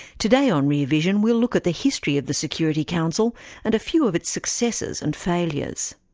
today on rear vision we'll look at the history of the security council and a few of its successes and failures.